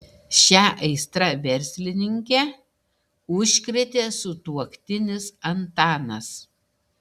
šia aistra verslininkę užkrėtė sutuoktinis antanas